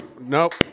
Nope